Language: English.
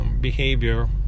behavior